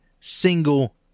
single